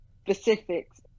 specifics